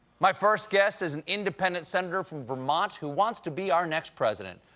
my first guest is an independent senator from vermont who wants to be our next president.